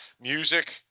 music